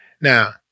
Now